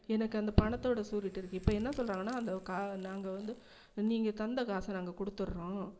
எனக்கு அந்த பணத்தோட ஸூரிட்டி இருக்குது இப்போ என்ன சொல்கிறாங்கன்னா அந்த கா நாங்கள் வந்து நீங்கள் தந்த காசை நாங்கள் கொடுத்துர்றோம்